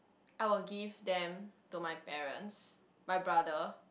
I would give them to my parents my brother